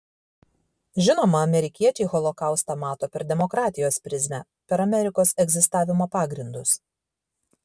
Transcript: žinoma amerikiečiai holokaustą mato per demokratijos prizmę per amerikos egzistavimo pagrindus